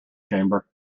chamber